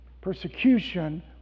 Persecution